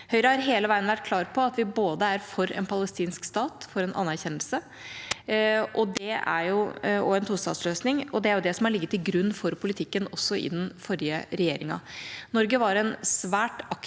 Høyre har hele veien vært klar på at vi både er for en palestinsk stat, for en anerkjennelse og for en tostatsløsning. Det er det som lå til grunn for politikken også til den forrige regjeringa. Norge har et svært aktivt